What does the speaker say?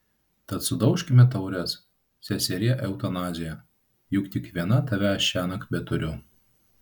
tad sudaužkime taures seserie eutanazija juk tik vieną tave aš šiąnakt beturiu